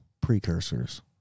precursors